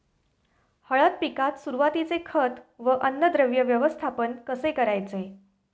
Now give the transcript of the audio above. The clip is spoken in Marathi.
हळद पिकात सुरुवातीचे खत व अन्नद्रव्य व्यवस्थापन कसे करायचे?